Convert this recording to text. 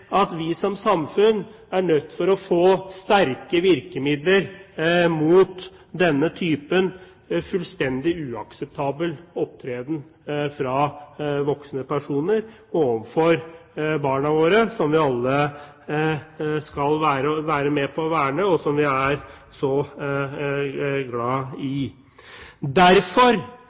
at samfunnet er nødt til å få sterke virkemidler mot slik fullstendig uakseptabel opptreden fra voksne personer overfor barna våre, som vi alle skal være med på å verne, og som vi er så glad i. Derfor